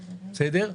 בסדר?